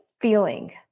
feeling